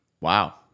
Wow